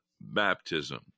baptism